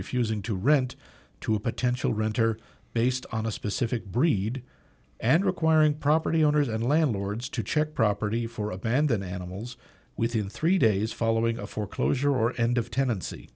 refusing to rent to a potential renter based on a specific breed and requiring property owners and landlords to check property for abandoned animals within three days following a foreclosure or end of tenancy